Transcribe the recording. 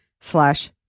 slash